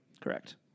Correct